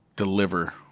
Deliver